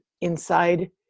inside